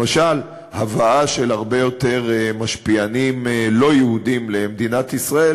למשל הבאה של הרבה יותר משפיענים לא-יהודים למדינת ישראל,